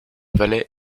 valet